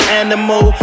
animal